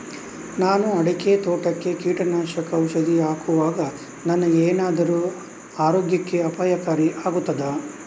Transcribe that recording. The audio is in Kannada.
ನಾನು ಅಡಿಕೆ ತೋಟಕ್ಕೆ ಕೀಟನಾಶಕ ಔಷಧಿ ಹಾಕುವಾಗ ನನಗೆ ಏನಾದರೂ ಆರೋಗ್ಯಕ್ಕೆ ಅಪಾಯಕಾರಿ ಆಗುತ್ತದಾ?